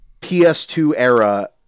PS2-era